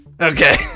okay